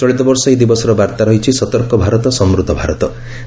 ଚଳିତବର୍ଷ ଏହି ଦିବସର ବାର୍ତ୍ତା ରହିଛି 'ସତର୍କ ଭାରତ ସମୂଦ୍ଧ ଭାରତ'